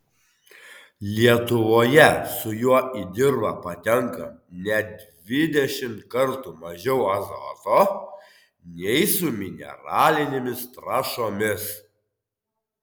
lietuvoje su juo į dirvą patenka net dvidešimt kartų mažiau azoto nei su mineralinėmis trąšomis